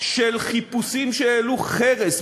של חיפושים שהעלו חרס,